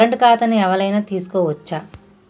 Current ఖాతాను ఎవలైనా తీసుకోవచ్చా?